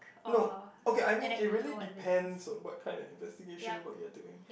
no okay I mean it really depends on what kinda investigation work you're doing